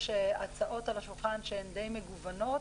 יש הצעות על השולחן שהן די מגוונות,